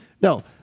No